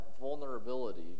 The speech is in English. vulnerability